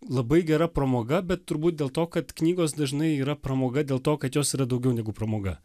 labai gera pramoga bet turbūt dėl to kad knygos dažnai yra pramoga dėl to kad jos yra daugiau negu pramoga